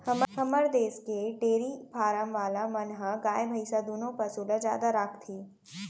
हमर देस के डेरी फारम वाला मन ह गाय भईंस दुनों पसु ल जादा राखथें